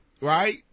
right